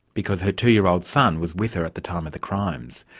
because her two-year-old son was with her at the time of the crimes.